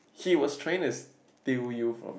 he was trying to steal you from me